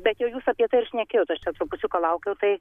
bet jau jūs apie tai ir šnekėjot aš čia trupučiuką laukiau tai